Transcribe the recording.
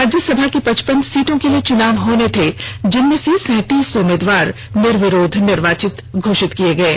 राज्यसभा की पचपन सीटों के लिए चुनाव होने थे जिनमें से सैंतीस उम्मीदवार निर्विरोध निर्वाचित घोषित किये गये